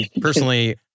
personally